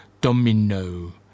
Domino